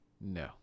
No